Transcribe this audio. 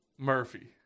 Murphy